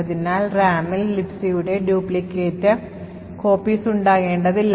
അതിനാൽ RAMൽ Libcയുടെ duplicate copies ഉണ്ടാകേണ്ടതില്ല